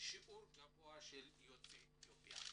שיעור גבוה של יוצאי אתיופיה.